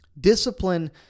discipline